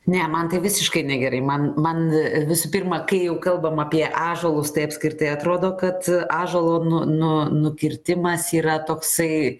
ne man tai visiškai negerai man man visų pirma kai kalbam apie ąžuolus tai apskritai atrodo kad ąžuolo nu nu nukirtimas yra toksai